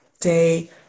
day